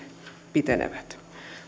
pitenevät